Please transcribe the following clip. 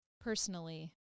personally